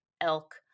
elk